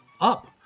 up